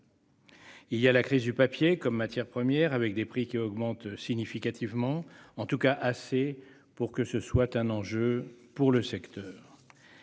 Il y a la crise du papier, comme matière première, avec des prix qui augmentent significativement. En tout cas, ils augmentent assez pour que cela soit un enjeu pour le secteur.